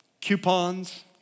coupons